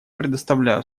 предоставляю